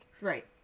Right